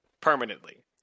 permanently